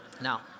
Now